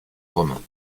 romain